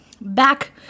back